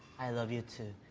i love you too.